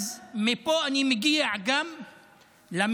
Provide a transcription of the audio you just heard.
מפה אני מגיע גם למצוקה